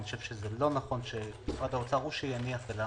אני חושב שלא נכון שמשרד האוצר הוא שיניח.